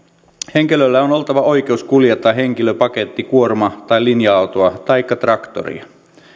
henkilöllä on oltava oikeus kuljettaa henkilö paketti kuorma tai linja autoa taikka traktoria